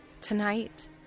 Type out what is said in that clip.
tonight